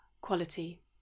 quality